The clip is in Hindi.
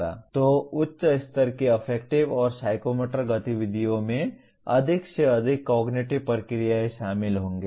तो उच्च स्तर की अफेक्टिव और साइकोमोटर गतिविधियों में अधिक से अधिक कॉग्निटिव प्रक्रियाएं शामिल होंगी